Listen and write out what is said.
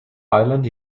island